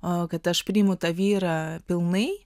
o kad aš priimu tą vyrą pilnai